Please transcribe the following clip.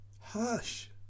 Hush